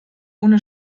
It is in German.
ohne